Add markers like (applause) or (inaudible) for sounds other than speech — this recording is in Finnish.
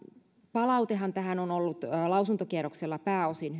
palautehan tästä on ollut lausuntokierroksella pääosin (unintelligible)